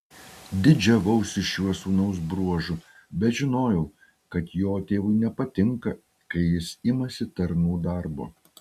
didžiavausi šiuo sūnaus bruožu bet žinojau kad jo tėvui nepatinka kai jis imasi tarnų darbo